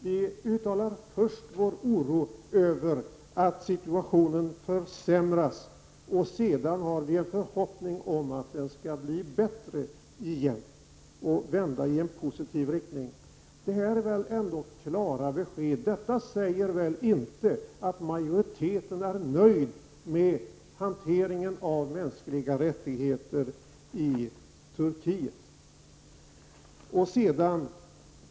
Vi uttalar först vår oro över att situationen försämras och sedan en förhoppning att den skall bli bättre igen och vända i en positiv riktning. Det säger väl inte att utskottsmajoriteten är nöjd med hanteringen av de mänskliga rättigheterna i Turkiet.